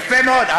יפה מאוד.